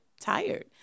tired